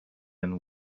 and